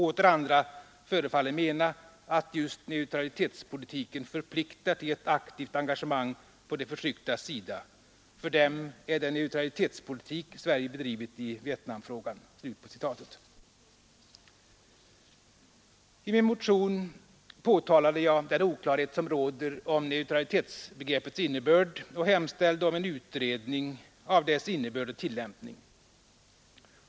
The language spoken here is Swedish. Åter andra förefaller mena, att just neutralitetspolitiken förpliktar till ett aktivt engagemang på de förtrycktas sida; för dem är det neutralitetspolitik Sverige bedrivit i Vietnamfrågan.” I min motion påtalade jag den oklarhet som råder om neutralitetsbegreppets innebörd och tillämpning.